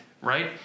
right